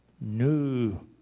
No